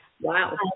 Wow